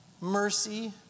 mercy